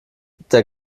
der